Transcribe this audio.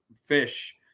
fish